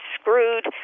screwed